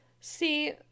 see